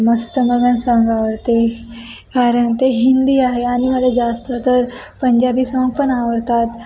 मस्तमगन song आवडते कारण ते हिंदी आहे आणि मला जास्त तर पंजाबी साँग पण आवडतात